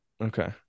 Okay